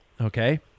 Okay